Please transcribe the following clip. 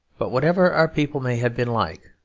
but whatever our people may have been like,